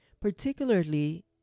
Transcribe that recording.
Particularly